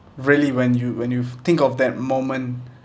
really when you when you think of that moment